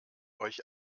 euch